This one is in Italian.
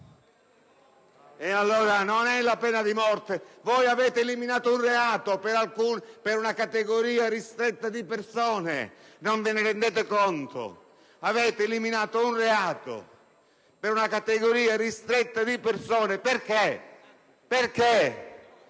Non è la pena di morte. Voi eliminate un reato per una categoria ristretta di persone e non ve ne rendete conto. Ripeto; eliminato un reato per una categoria ristretta di persone: perché? Perché